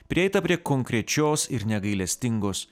prieita prie konkrečios ir negailestingos